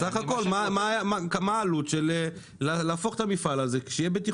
אז סך הכל מה העלות של להפוך את המפעל לבטיחותי